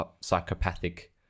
psychopathic